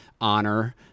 honor